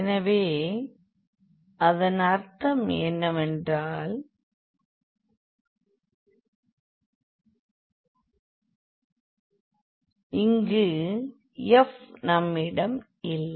எனவே அதன் அர்த்தம் என்னவென்றால் இங்கு f நம்மிடம் இல்லை